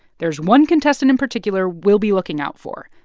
there's one contestant in particular we'll be looking out for,